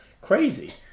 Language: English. crazy